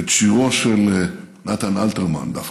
את שירו של נתן אלתרמן דווקא,